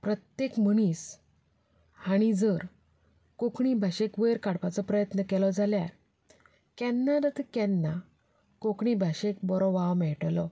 प्रत्येक मनीस हांणे जर कोंकणी भाशेक वयर काडपाचो प्रयत्न केलो जाल्यार केन्ना ना केन्ना कोंकणी भाशेक बरो वाव मेळटलो